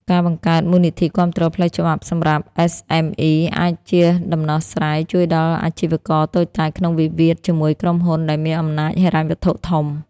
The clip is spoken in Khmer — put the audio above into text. ការបង្កើត "មូលនិធិគាំទ្រផ្លូវច្បាប់សម្រាប់ SME" អាចជាដំណោះស្រាយជួយដល់អាជីវករតូចតាចក្នុងវិវាទជាមួយក្រុមហ៊ុនដែលមានអំណាចហិរញ្ញវត្ថុធំ។